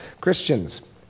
Christians